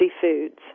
foods